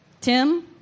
Tim